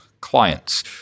clients